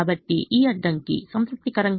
కాబట్టి ఈ అడ్డంకి సంతృప్తికరంగా ఉంది